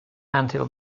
until